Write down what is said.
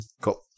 Cool